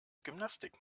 gymnastik